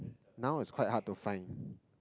now it's quite hard to find